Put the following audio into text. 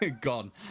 Gone